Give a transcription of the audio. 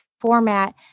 format